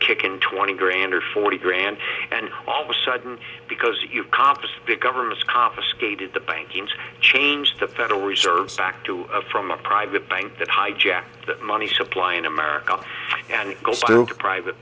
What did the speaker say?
kick in twenty grand or forty grand and all of a sudden because your comps the government's confiscated the bankings change the federal reserve back to from a private bank that hijacked the money supply in america and go